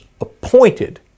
appointed